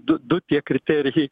du du tie kriterijai